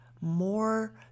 more